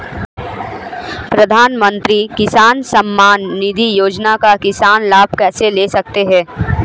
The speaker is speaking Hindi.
प्रधानमंत्री किसान सम्मान निधि योजना का किसान लाभ कैसे ले सकते हैं?